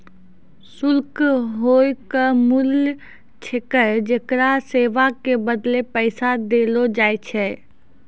शुल्क हौअ मूल्य छिकै जेकरा सेवा के बदले पैसा देलो जाय छै